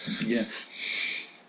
Yes